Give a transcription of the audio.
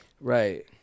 Right